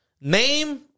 Name